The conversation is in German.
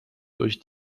durch